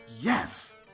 yes